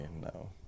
No